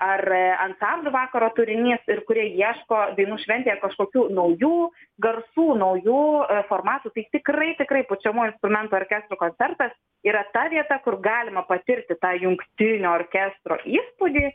ar ansamblių vakaro turinys ir kurie ieško dainų šventėje kažkokių naujų garsų naujų formatų tai tikrai tikrai pučiamųjų instrumentų orkestro koncertas yra ta vieta kur galima patirti tą jungtinio orkestro įspūdį